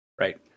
Right